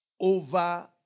Over